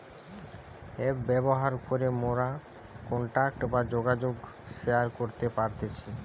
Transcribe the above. app ব্যবহার করে মোরা কন্টাক্ট বা যোগাযোগ শেয়ার করতে পারতেছি